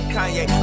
Kanye